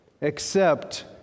except